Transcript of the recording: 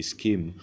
Scheme